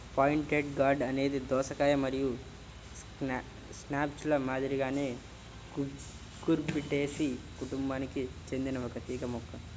pointed gourd అనేది దోసకాయ మరియు స్క్వాష్ల మాదిరిగానే కుకుర్బిటేసి కుటుంబానికి చెందిన ఒక తీగ మొక్క